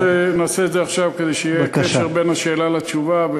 אנחנו נעשה את זה עכשיו כדי שיהיה קשר בין השאלה לתשובה,